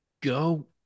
go